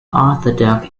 orthodox